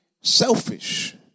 selfish